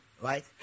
right